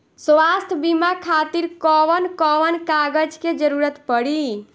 स्वास्थ्य बीमा खातिर कवन कवन कागज के जरुरत पड़ी?